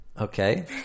Okay